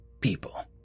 people